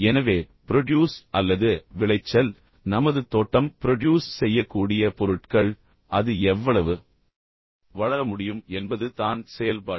எனவே ப்ரொட்யூஸ் அல்லது விளைச்சல் நமது தோட்டம் ப்ரொட்யூஸ் செய்யக்கூடிய பொருட்கள் அது எவ்வளவு வளர முடியும் என்பது தான் செயல்பாடு